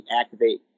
activate